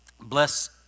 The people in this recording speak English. Bless